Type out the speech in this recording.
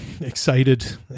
excited